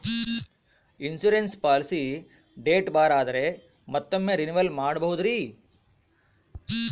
Insurance policy date ಬಾರ್ ಆದರೆ ಮತ್ತೊಮ್ಮೆ ರಿನಿವಲ್ ಮಾಡಬಹುದ್ರಿ?